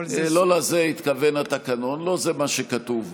לא לזה התכוון התקנון, לא זה מה שכתוב בו.